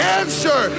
answer